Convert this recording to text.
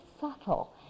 subtle